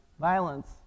Violence